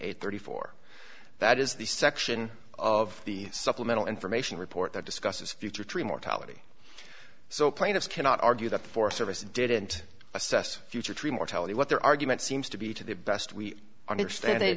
eight thirty four that is the section of the supplemental information report that discusses future tree mortality so plaintiffs cannot argue that the forest service didn't assess future tree mortality what their argument seems to be to the best we understand